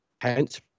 hence